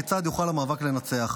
כיצד יוכל המערב לנצח".